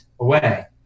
away